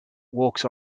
walks